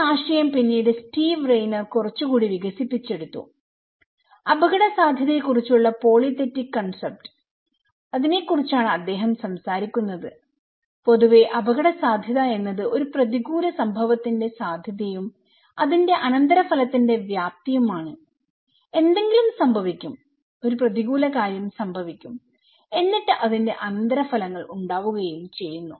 ഈ ആശയം പിന്നീട് സ്റ്റീവ് റെയ്നർകുറച്ചുകൂടി വികസിപ്പിച്ചെടുത്തു അപകടസാധ്യതയെക്കുറിച്ചുള്ള പോളിതെറ്റിക് കോൺസെപ്റ് നെ കുറിച്ചാണ് അദ്ദേഹം സംസാരിക്കുന്നത് പൊതുവെ അപകടസാധ്യത എന്നത് ഒരു പ്രതികൂല സംഭവത്തിന്റെ സാധ്യതയും അതിന്റെ അനന്തരഫലത്തിന്റെ വ്യാപ്തിയുമാണ് എന്തെങ്കിലും സംഭവിക്കും ഒരു പ്രതികൂല കാര്യം സംഭവിക്കും എന്നിട്ട് അതിന്റെ അനന്തരഫലങ്ങൾ ഉണ്ടാവുകയും ചെയ്യുന്നു